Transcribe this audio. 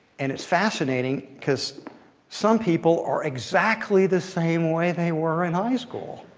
and it's fascinating, because some people are exactly the same way they were in high school.